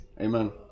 Amen